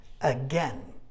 Again